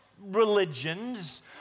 religions